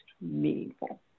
meaningful